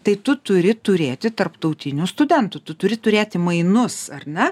tai tu turi turėti tarptautinių studentų tu turi turėti mainus ar ne